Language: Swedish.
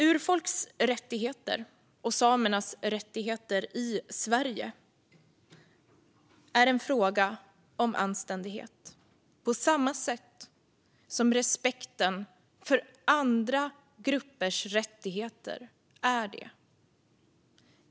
Urfolks rättigheter och samernas rättigheter i Sverige är en fråga om anständighet, på samma sätt som respekten för andra gruppers rättigheter är det.